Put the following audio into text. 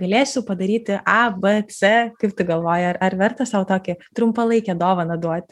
galėsiu padaryti a b c kaip tu galvoji ar ar verta sau tokią trumpalaikę dovaną duot